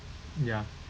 ya